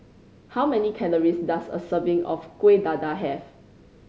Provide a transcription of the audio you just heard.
how many calories does a serving of Kueh Dadar have